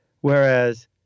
Whereas